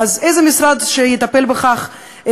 או איזה משרד שיטפל בכך,